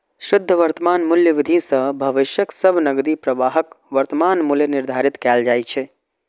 शुद्ध वर्तमान मूल्य विधि सं भविष्यक सब नकदी प्रवाहक वर्तमान मूल्य निर्धारित कैल जाइ छै